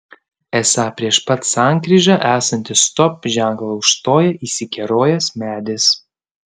esą prieš pat sankryžą esantį stop ženklą užstoja įsikerojęs medis